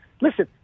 listen